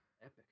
Epic